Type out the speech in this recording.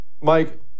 Mike